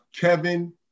Kevin